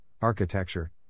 architecture